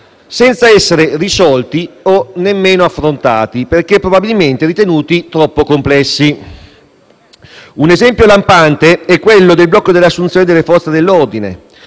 senza essere risolti o nemmeno affrontati perché probabilmente ritenuti troppo complessi. Un esempio lampante è quello del blocco delle assunzioni delle forze dell'ordine,